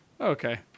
okay